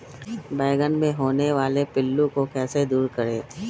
बैंगन मे होने वाले पिल्लू को कैसे दूर करें?